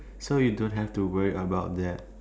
so you don't have to worry about that